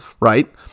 Right